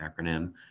acronym